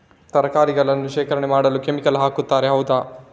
ತರಕಾರಿಗಳನ್ನು ಶೇಖರಣೆ ಮಾಡಲು ಕೆಮಿಕಲ್ ಹಾಕುತಾರೆ ಹೌದ?